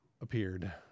appeared